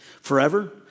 Forever